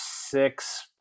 six